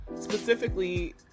specifically